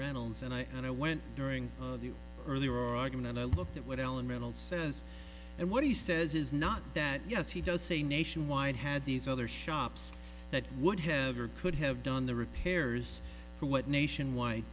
reynolds and i and i went during the earlier argument and i looked at what elemental says and what he says is not that yes he does say nationwide had these other shops that would have or could have done the repairs for what nationwide